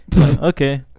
Okay